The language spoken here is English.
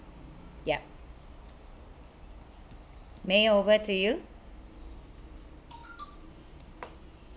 yup mei over to you